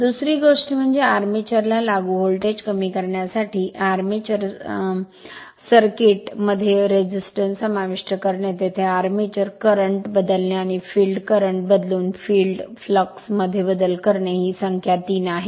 दुसरी गोष्ट म्हणजे आर्मेचर ला लागू व्होल्टेज कमी करण्यासाठी अॅमेटर सर्किट मध्ये प्रतिकार समाविष्ट करणे तेथे आर्मेचर करंट बदलणे आणि फील्ड करंट बदलून फील्ड फ्लक्स मध्ये बदल करणे ही संख्या 3 आहे